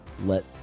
let